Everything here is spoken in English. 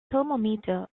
thermometer